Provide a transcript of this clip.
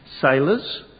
sailors